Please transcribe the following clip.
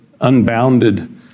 unbounded